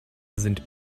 sind